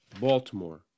Baltimore